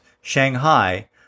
Shanghai